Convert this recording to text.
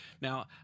Now